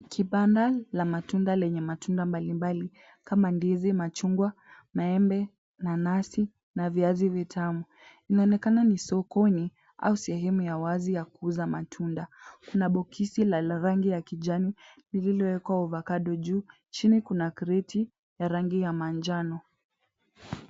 Kibanda la matunda lenye matunda mbalimbali kama ndizi, machungwa, maembe, nanasi na viazi vitamu. Inaonekana ni sokoni au sehemu ya wazi ya kuuza matunda. Kuna boksi la rangi ya kijani lililowekwa avocado juu, chini kuna kreti ya rangi ya manjano.